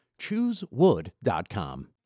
ChooseWood.com